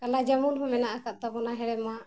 ᱠᱟᱞᱟ ᱡᱟᱢᱩᱞ ᱦᱚᱸ ᱢᱮᱱᱟᱜ ᱟᱠᱟᱫ ᱛᱟᱵᱚᱱᱟ ᱦᱮᱲᱮᱢᱟᱜ